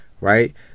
right